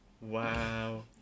wow